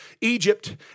Egypt